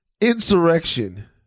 insurrection